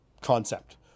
concept